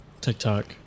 TikTok